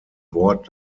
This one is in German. wort